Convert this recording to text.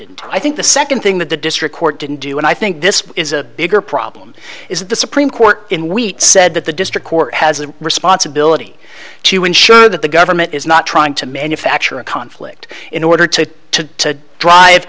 and i think the second thing that the district court didn't do and i think this is a bigger problem is that the supreme court in wheat said that the district court has a responsibility to ensure that the government is not trying to manufacture a conflict in order to to